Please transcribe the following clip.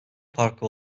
parkı